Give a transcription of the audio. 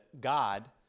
God